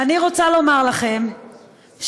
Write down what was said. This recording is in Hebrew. ואני רוצה לומר לכם שלמדינה,